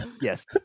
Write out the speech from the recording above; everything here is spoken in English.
yes